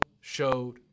showed